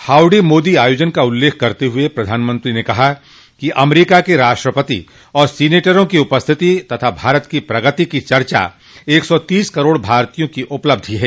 howdy Modi आयोजन का उल्लेख करते हुए प्रधानमंत्री ने कहा कि अमरीका के राष्ट्रपति और सीनेटरों की उपस्थिति तथा भारत की प्रगति की चर्चा एक सौ तीस करोड़ भारतीयों की उपलब्धि है